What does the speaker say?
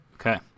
Okay